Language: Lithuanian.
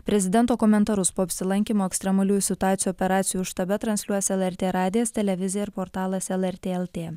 prezidento komentarus po apsilankymo ekstremaliųjų situacijų operacijų štabe transliuos lrt radijas televizija ir portalas lrt lt